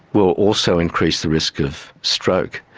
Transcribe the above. will also increase the risk of stroke.